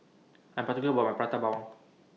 I'm particular about My Prata Bawang